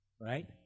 right